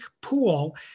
pool